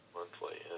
Monthly